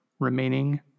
Remaining